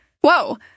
Whoa